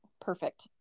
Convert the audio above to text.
perfect